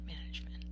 management